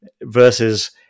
versus